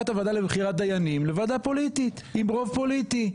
את הוועדה לבחירת דיינים לוועדה פוליטית עם רוב פוליטי.